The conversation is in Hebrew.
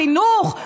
חינוך,